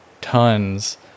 tons